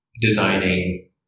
designing